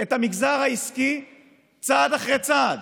את המגזר העסקי צעד אחרי צעד.